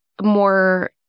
more